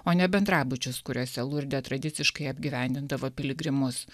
o ne bendrabučius kuriuose lurde tradiciškai apgyvendindavo piligrimus